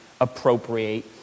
appropriate